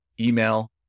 email